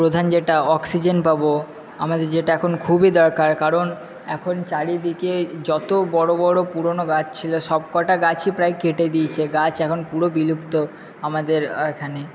প্রধান যেটা অক্সিজেন পাব আমাদের যেটা এখন খুবই দরকার কারণ এখন চারিদিকে যত বড় বড় পুরনো গাছ ছিল সব কটা গাছই প্রায় কেটে দিয়েছে গাছ এখন পুরো বিলুপ্ত আমাদের এখানে